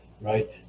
right